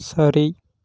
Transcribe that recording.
சரி